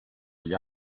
gli